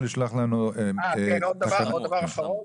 עוד דבר אחרון,